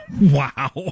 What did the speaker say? Wow